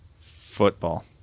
Football